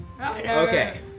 Okay